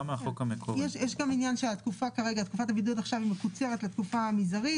יש גם עניין שתקופת הבידוד עכשיו מתקצרת לתקופה מזערית